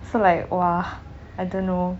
so like !wah! I don't know